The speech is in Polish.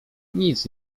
nic